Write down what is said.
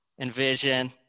envision